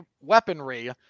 weaponry